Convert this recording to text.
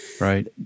Right